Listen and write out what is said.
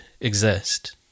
exist